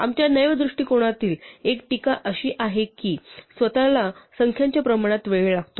आमच्या नैव दृष्टिकोनावरील एक टीका अशी आहे की स्वतःला संख्यांच्या प्रमाणात वेळ लागतो